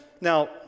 Now